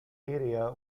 area